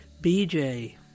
Bj